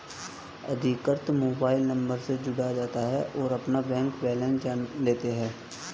अधिकृत mobile number से जुड़ जाता है और अपना बैंक बेलेंस जान लेता है